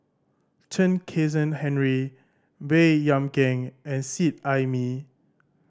Chen Kezhan Henri Baey Yam Keng and Seet Ai Mee